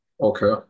okay